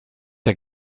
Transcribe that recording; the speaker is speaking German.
der